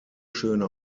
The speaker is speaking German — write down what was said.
schöne